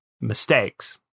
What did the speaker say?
mistakes